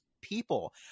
people